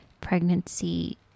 pregnancy